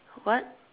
what